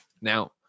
now